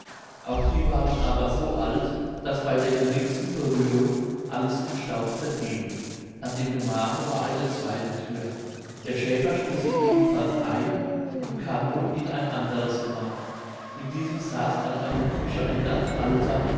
auch die waren aber so alt daß bei der geringsten berührung alles in staub zerfiel an dem gemache war eine zweite thür der schäfer stieß sie ebenfalls ein und kam nun in ein anderes gemach in diesem saß an einem tische ein ganz alter